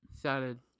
Salad